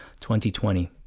2020